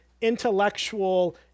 intellectual